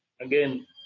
Again